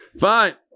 Fine